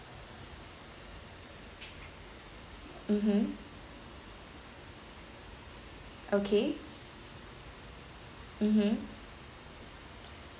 mmhmm okay mmhmm